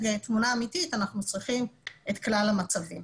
תמונה אמיתית אנחנו צריכים את כלל המצבים.